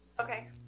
Okay